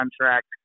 contract